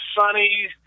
sunny